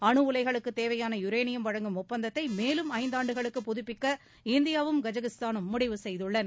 அனுஉலைகளுக்குத் தேவையான யுரேனியம் வழங்கும் ஒப்பந்தத்தை மேலும் ஐந்தாண்டுகளுக்கு புதுப்பிக்க இந்தியாவும் கஜக்ஸ்தானும் முடிவு செய்துள்ளன